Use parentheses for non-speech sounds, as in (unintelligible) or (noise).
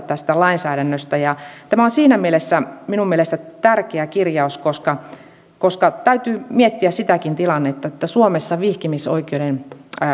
(unintelligible) tästä lainsäädännöstä tämä on minun mielestäni siinä mielessä tärkeä kirjaus että täytyy miettiä sitäkin tilannetta että suomessa vihkimisoikeuden